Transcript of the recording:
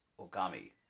Ogami